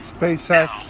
spacex